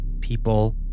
people